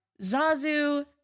Zazu